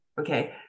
okay